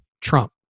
Trump